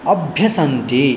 अभ्यसन्ति